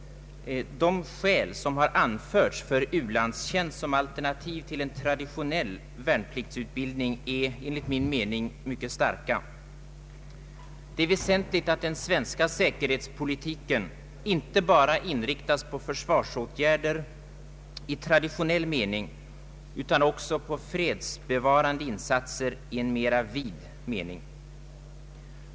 De skäl som anförts för u-landstjänst som alternativ till traditionell värnpliktsutbildning är utomordentligt starka. Det är väsentligt att den svenska säkerhetspolitiken inte bara inriktas på försvarsåtgärder i traditionell bemärkelse utan också på fredsbevarande insatser i en mera vid mening.